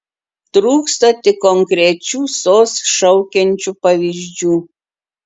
trūkstą tik konkrečių sos šaukiančių pavyzdžių